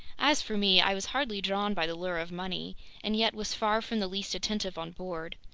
as for me, i was hardly drawn by the lure of money and yet was far from the least attentive on board.